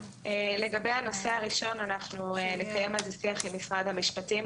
לגבי הנושא הראשון אנחנו נקיים על זה שיח גם עם משרד המשפטים,